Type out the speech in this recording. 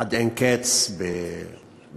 עד אין קץ בכיבוש,